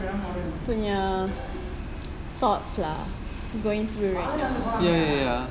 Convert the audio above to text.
punya thoughts lah going through right now